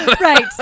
Right